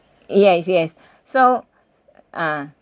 yes yes so uh